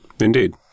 Indeed